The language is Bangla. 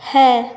হ্যাঁ